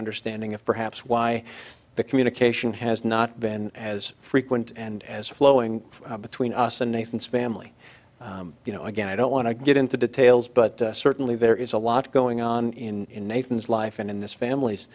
understanding of perhaps why the communication has not been as frequent and as flowing between us and nathan's family you know again i don't want to get into details but certainly there is a lot going on in nathan's life and in this famil